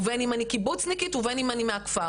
ובין אם אני קיבוצניקית ובין אם אני מהכפר,